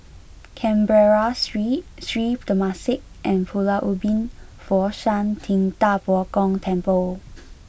Canberra Street Sri Temasek and Pulau Ubin Fo Shan Ting Da Bo Gong Temple